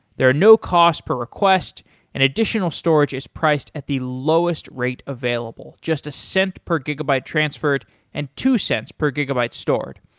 there are no cost per request and additional storage is priced at the lowest rate available. just a cent per gigabyte transferred and two cents per gigabytes stored.